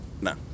No